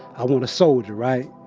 i want a soldier. right?